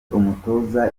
umutoza